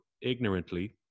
ignorantly